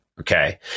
Okay